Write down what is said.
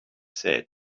said